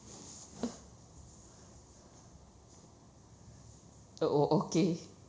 oh oh okay